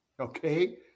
Okay